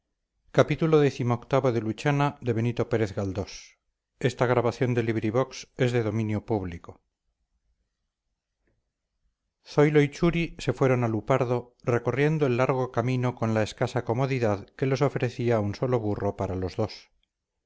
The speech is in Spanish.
zoilo y churi se fueron a lupardo recorriendo el largo camino con la escasa comodidad que les ofrecía un solo burro para los dos